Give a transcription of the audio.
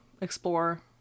explore